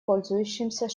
пользующимся